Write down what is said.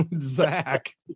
zach